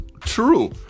true